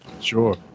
sure